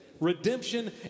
Redemption